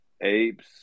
apes